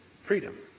freedom